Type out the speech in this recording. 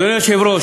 אדוני היושב-ראש,